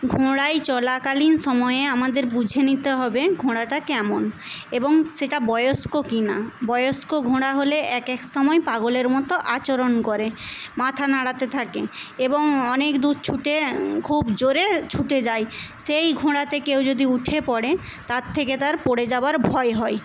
ঘোড়ায় চড়াকালীন সময়ে আমাদের বুঝে নিতে হবে ঘোড়াটা কেমন এবং সেটা বয়স্ক কিনা বয়স্ক ঘোড়া হলে এক এক সময় পাগলের মতো আচরণ করে মাথা নাড়াতে থাকে এবং অনেকদূর ছুটে খুব জোরে ছুটে যায় সেই ঘোড়াতে কেউ যদি উঠে পরে তার থেকে তার পড়ে যাওয়ার ভয় হয়